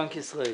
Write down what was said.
בנק ישראל,